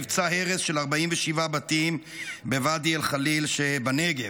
מבצע הרס של 47 בתים בוואדי אל-ח'ליל שבנגב.